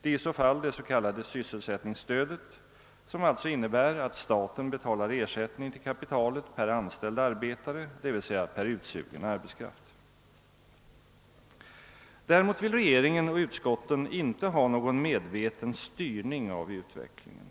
Det är i så fall det s.k. sysselsättningsstödet, som alltså innebär att staten betalar ersättning till kapitalet per anställd arbetare, d. v. s. per utsugen arbetskraft. Däremot vill regeringen och utskottet inte ha någon medveten styrning av utvecklingen.